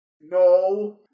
No